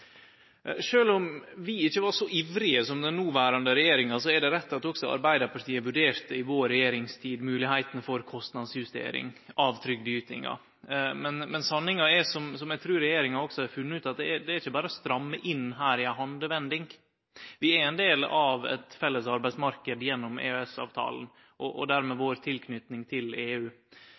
om vi ikkje var så ivrige som den noverande regjeringa, er det rett at også Arbeidarpartiet i regjeringstida vår vurderte moglegheita for kostnadsjustering av trygdeytingar. Men sanninga, som eg trur regjeringa òg har funne ut, er at her er det ikkje berre å stramme inn i ei handvending. Vi er ein del av ein felles arbeidsmarknad gjennom EØS-avtala og dermed tilknytinga vår til EU.